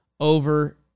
over